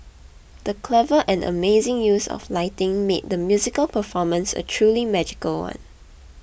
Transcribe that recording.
the clever and amazing use of lighting made the musical performance a truly magical one